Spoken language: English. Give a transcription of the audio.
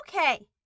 okay